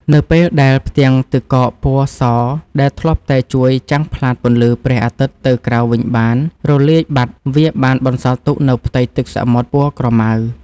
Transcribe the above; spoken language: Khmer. នៅពេលដែលផ្ទាំងទឹកកកពណ៌សដែលធ្លាប់តែជួយចាំងផ្លាតពន្លឺព្រះអាទិត្យទៅក្រៅវិញបានរលាយបាត់ វាបានបន្សល់ទុកនូវផ្ទៃទឹកសមុទ្រពណ៌ក្រម៉ៅ។